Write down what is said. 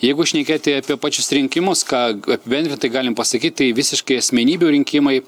jeigu šnekėti apie pačius rinkimus ką apibendrintai galim pasakyt tai visiškai asmenybių rinkimai